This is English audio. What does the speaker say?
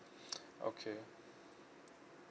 okay